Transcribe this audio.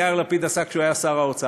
יאיר לפיד עשה כשהוא היה שר האוצר.